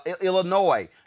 Illinois